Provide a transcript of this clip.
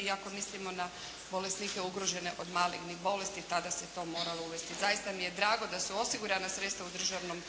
i ako mislimo na bolesnike ugrožene od malignih bolesti tada se to moralo uvesti. Zaista mi je drago da su osigurana sredstva u državnom